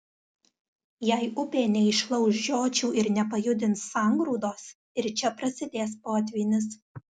jei upė neišlauš žiočių ir nepajudins sangrūdos ir čia prasidės potvynis